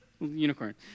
Unicorn